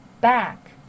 back